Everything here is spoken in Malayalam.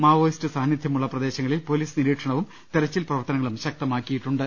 മാവോയിസ്റ് സാന്നിധ്യമുള്ള പ്രദേശങ്ങളിൽ പൊലീസ് നിരീക്ഷണവും തെരച്ചിൽ പ്രവർ ത്തനങ്ങളും ശക്തമാക്കിയിട്ടുണ്ട്